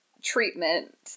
treatment